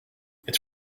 it’s